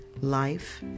Life